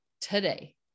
today